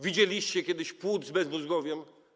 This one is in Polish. Widzieliście kiedyś płód z bezmózgowiem?